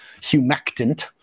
humectant